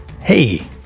Hey